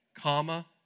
Comma